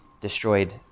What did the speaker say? destroyed